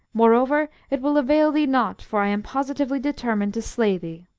moreover, it will avail thee nought. for i am positively determined to slay thee.